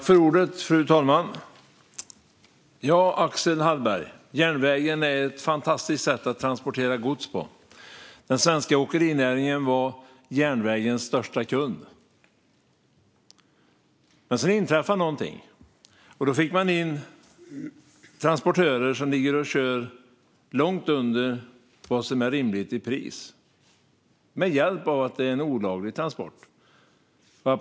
Fru talman! Järnvägen är ett fantastiskt sätt att transportera gods på, Axel Hallberg. Den svenska åkerinäringen var järnvägens största kund. Men sedan inträffade någonting. Man fick in transportörer som ligger och kör långt under vad som är rimligt i pris med hjälp av att det är en olaglig transport.